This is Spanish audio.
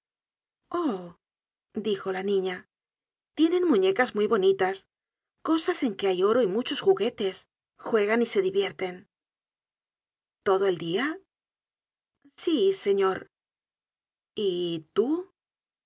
oh dijo la niña tienen muñecas muy bonitas cosas en que hay oro y muchos juguetes juegan y se divierten todo el dia sí señor y tú